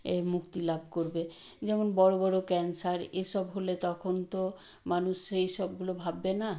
এ মুক্তি লাভ করবে যেমন বড় বড় ক্যানসার এ সব হলে তখন তো মানুষ সেই সবগুলো ভাববে না